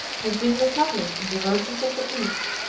have been recovered in the versions of the east,